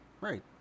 Right